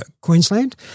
Queensland